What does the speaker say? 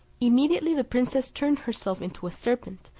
immediately the princess turned herself into a serpent,